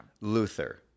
Luther